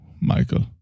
michael